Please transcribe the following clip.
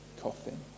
coffin